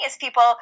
people